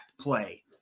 play